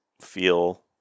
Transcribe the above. feel